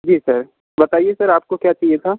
जी sir बताइए sir आपको क्या चाहिए था